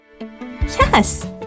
Yes